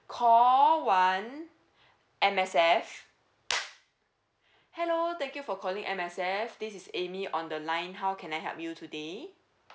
call one M_S_F hello thank you for calling M_S_F this is amy on the line how can I help you today